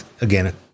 again